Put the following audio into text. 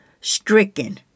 stricken